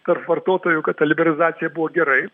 tarp vartotojų kad ta liberizacija buvo gerai